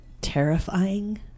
terrifying